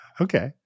okay